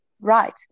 Right